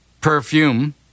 Perfume